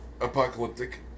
apocalyptic